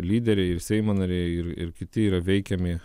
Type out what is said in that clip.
lyderiai ir seimo nariai ir ir kiti yra veikiami